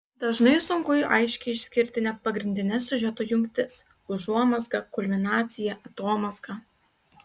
dažnai sunku aiškiai išskirti net pagrindines siužeto jungtis užuomazgą kulminaciją atomazgą